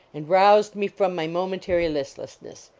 and roused me from my momentary list lessness.